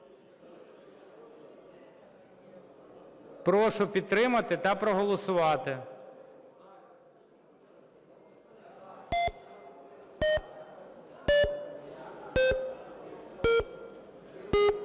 Прошу підтримати та проголосувати.